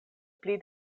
pli